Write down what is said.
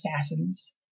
assassins